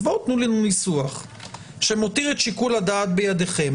אז תנו לנו ניסוח שמותיר את שיקול הדעת בידיכם,